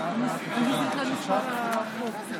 אתה רוצה להציג